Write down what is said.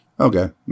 Okay